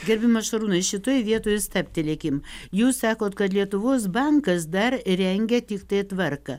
gerbiamas šarūnai šitoj vietoj stabtelėkim jūs sakot kad lietuvos bankas dar rengia tiktai tvarką